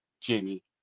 Jimmy